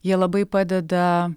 jie labai padeda